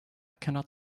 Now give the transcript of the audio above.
cannot